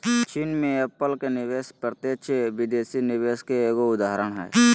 चीन मे एप्पल के निवेश प्रत्यक्ष विदेशी निवेश के एगो उदाहरण हय